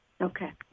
Okay